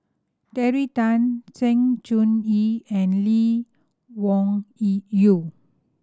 Terry Tan Sng Choon Yee and Lee Wung Yee Yew